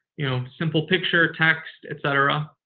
you know, simple picture, text, et cetera.